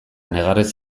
negarrez